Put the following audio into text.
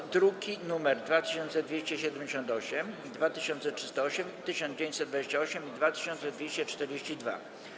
Są to druki nr 2278, 2308, 1928 i 2242.